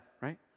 Right